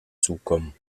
zukommen